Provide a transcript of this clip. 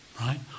right